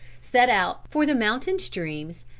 set out for the mountain streams,